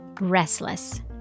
restless